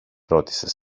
ρώτησε